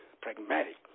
pragmatic